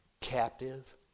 captive